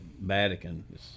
Vatican